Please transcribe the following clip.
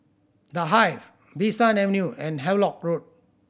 The Hive Bee San Avenue and Havelock Road